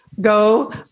go